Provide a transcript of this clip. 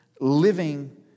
living